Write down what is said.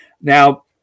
Now